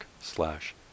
slash